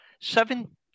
seven